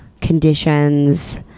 conditions